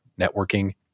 Networking